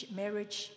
marriage